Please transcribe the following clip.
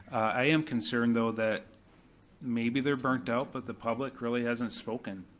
i am concerned though that maybe they're burnt out, but the public really hasn't spoken